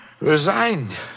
resigned